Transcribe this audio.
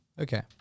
Okay